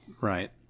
right